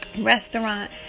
restaurant